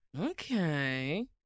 Okay